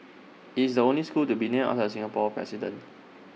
IT is the only school to be named outside Singapore president